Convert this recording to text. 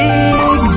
Big